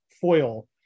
foil